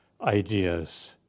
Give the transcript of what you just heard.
ideas